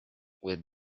with